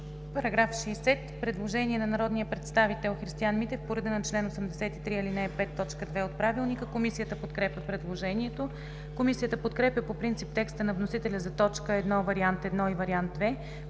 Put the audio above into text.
По § 60 има предложение на народния представител Христиан Митев по реда на чл. 83, ал. 5, т. 2 от Правилника. Комисията подкрепя предложението. Комисията подкрепа по принцип текста на вносителя за т. 1 Вариант 1 и Вариант 2.